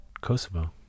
Kosovo